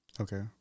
Okay